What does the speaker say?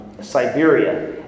Siberia